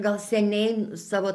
gal seniai savo